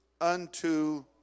unto